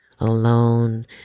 alone